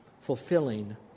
fulfilling